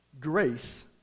Grace